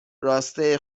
راسته